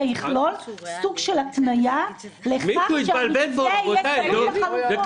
יכלול סוג של התניה לכך שהמתווה יהיה תלוי בחלופות.